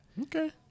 Okay